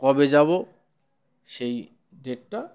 কবে যাব সেই ডেটটা